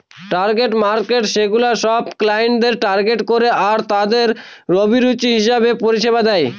target markets সেগুলা সব ক্লায়েন্টদের টার্গেট করে আরতাদের অভিরুচি হিসেবে পরিষেবা দেয়